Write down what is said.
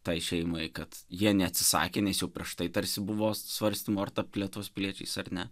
tai šeimai kad jie neatsisakė nes jau prieš tai tarsi buvo svarstymų ar tapti lietuvos piliečiais ar ne